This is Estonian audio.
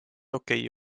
okei